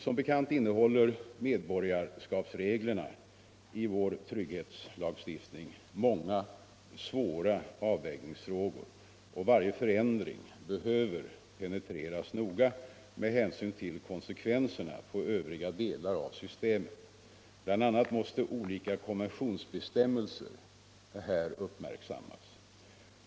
Som bekant innehåller medborgarskapsreglerna i vår trygghetslagstiftning många svåra avvägningsfrågor. Varje förändring behöver penetreras noga med hänsyn till konsekvenserna på övriga delar av systemet. Bl. a. måste olika konventionsbestämmelser här uppmärksammas.